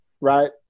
Right